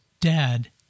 Dad